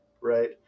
right